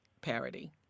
parody